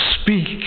speak